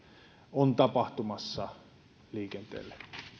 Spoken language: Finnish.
on tapahtumassa liikenteelle